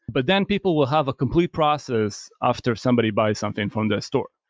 but then people will have a complete process after somebody buys something from the store.